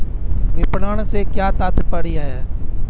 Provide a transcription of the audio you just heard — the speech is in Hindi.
विपणन से क्या तात्पर्य है?